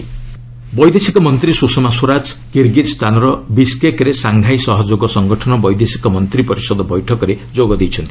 Sushma SCO ବୈଦେଶିକ ମନ୍ତ୍ରୀ ସୁଷମା ସ୍ୱରାଜ କିର୍ଗୀଜ୍ସ୍ତାନର ବିସ୍କେକ୍ରେ ସାଙ୍ଘାଇ ସହଯୋଗ ସଙ୍ଗଠନ ବୈଦେଶିକ ମନ୍ତ୍ରୀ ପରିଷଦ ବୈଠକରେ ଯୋଗ ଦେଇଛନ୍ତି